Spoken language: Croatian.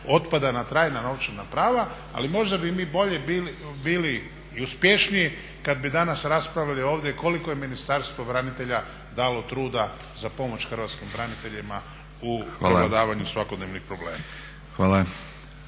otpada na trajna novčana prava, ali možda bi mi bolje bili i uspješniji kad bi danas raspravili ovdje koliko je Ministarstvo branitelja dalo truda za pomoć hrvatskim braniteljima u prevladavanju svakodnevnih problema.